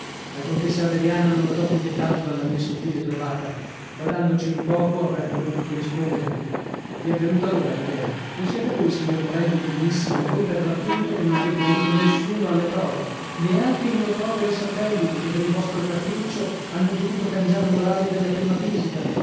la contessa adriana non badò più che tanto alla mia sottile trovata badandoci un poco avrebbe potuto rispondermi vi è venuta ora l'idea non siete voi signor morelli degnissimo voi per l'appunto che non avete voluto nessuno alle prove neanche i miei poveri satelliti che per il vostro capriccio hanno dovuto cangiar l'orario della prima visita